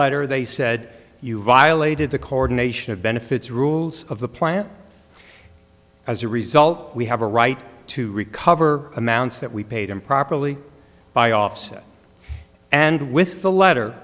letter they said you violated the coordination of benefits rules of the plant as a result we have a right to recover amounts that we paid improperly by offset and with the letter